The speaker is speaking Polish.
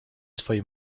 twojej